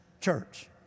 church